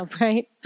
Right